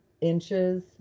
inches